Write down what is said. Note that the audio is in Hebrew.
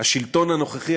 השלטון הנוכחי,